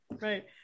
Right